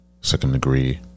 Second-degree